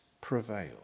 prevail